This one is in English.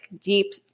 deep